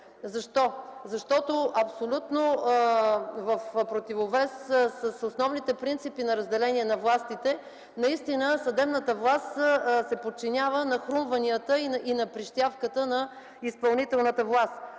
Защо? Защото е абсолютно в противовес с основните принципи на разделение на властите – съдебната власт се подчинява на хрумванията и на прищявката на изпълнителната власт.